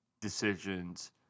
decisions